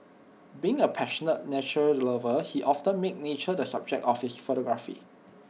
being A passionate nature lover he often made nature the subject of his photography